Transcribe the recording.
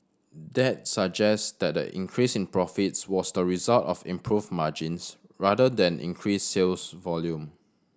that suggest that the increase in profits was the result of improved margins rather than increased sales volume